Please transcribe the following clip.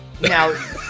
Now